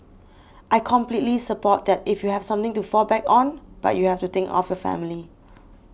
I completely support that if you have something to fall back on but you have to think of your family